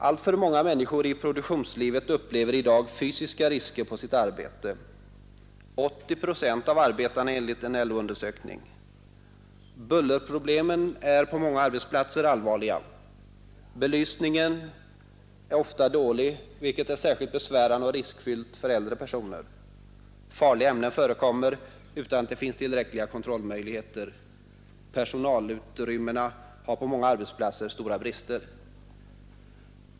Alltför många människor i produktionslivet upplever i dag fysiska risker på sitt arbete — 80 procent av arbetarna enligt en LO-undersökning. Bullerproblemen är allvarliga på många arbetsplatser. Belysningen är ofta dålig, vilket är särskilt besvärande och riskfyllt för äldre personer. Farliga ämnen förekommer utan att det finns tillräckliga kontrollmöjligheter. Personalutrymmena har på många arbetsplatser stora brister.